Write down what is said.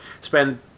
spend